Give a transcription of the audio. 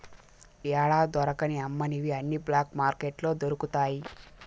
యాడా దొరకని అమ్మనివి అన్ని బ్లాక్ మార్కెట్లో దొరుకుతాయి